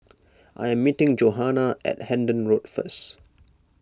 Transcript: I am meeting Johannah at Hendon Road first